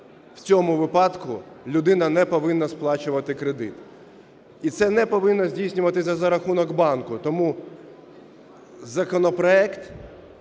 в цьому випадку людина не повинна сплачувати кредит. І це не повинно здійснюватись за рахунок банку. Тому законопроект